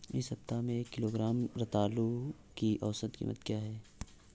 इस सप्ताह में एक किलोग्राम रतालू की औसत कीमत क्या है?